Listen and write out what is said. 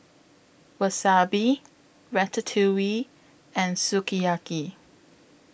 Wasabi Ratatouille and Sukiyaki